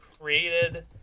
created